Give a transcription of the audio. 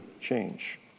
change